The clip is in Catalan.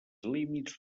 límits